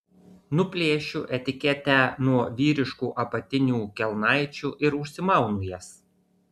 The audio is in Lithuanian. nuplėšiu etiketę nuo vyriškų apatinių kelnaičių ir užsimaunu jas